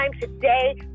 today